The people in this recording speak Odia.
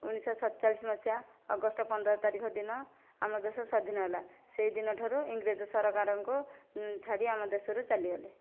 ଉଣେଇଶ ଶହ ସତଚାଳିଶ ମସିହା ଅଗଷ୍ଟ ପନ୍ଦର ତାରିଖ ଦିନ ଆମର ଦେଶ ସ୍ୱାଧୀନ ହେଲା ସେଇଦିନ ଠାରୁ ଇଂରେଜ ସରକାରଙ୍କୁ ଛାଡ଼ି ଆମ ଦେଶରୁ ଚାଲି ଗଲେ